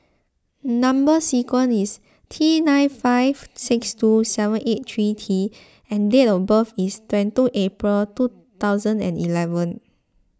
Number Sequence is T nine five six two seven eight three T and date of birth is twenty two April two thousand and eleven